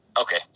okay